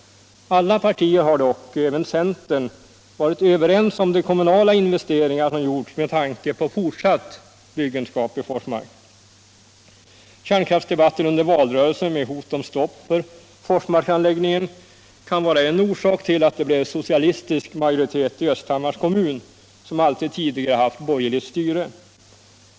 Alla partier har dock, även centern, varit överens om de kommunala investeringar som gjorts med tanke på fortsatt byggenskap i Forsmark. Kärnkraftsdebatten under valrörelsen med hot om stopp för Forsmarksanläggningen kan vara en orsak till att det blev socialistisk majoritet i Östhammars kommun, som alltid tidigare haft borgerligt styre.